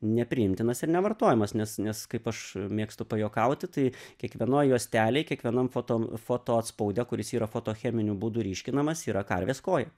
nepriimtinas ir nevartojamas nes nes kaip aš mėgstu pajuokauti tai kiekvienoj juostelėj kiekvienam foto foto atspaude kuris yra fotocheminiu būdu ryškinamas yra karvės koja